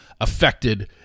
affected